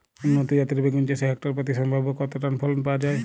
উন্নত জাতের বেগুন চাষে হেক্টর প্রতি সম্ভাব্য কত টন ফলন পাওয়া যায়?